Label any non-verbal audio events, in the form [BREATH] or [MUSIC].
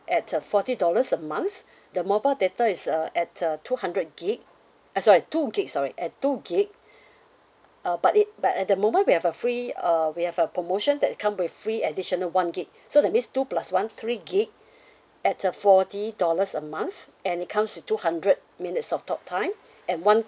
at uh forty dollars a month [BREATH] the mobile data is uh at uh two hundred gig uh sorry two gig sorry at two gig [BREATH] uh but it but at the moment we have a free uh we have a promotion that come with free additional one gig [BREATH] so that means two plus one three gig [BREATH] at uh forty dollars a month and it comes with two hundred minutes of talk time and one